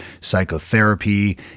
psychotherapy